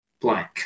blank